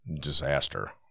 Disaster